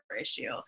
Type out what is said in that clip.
issue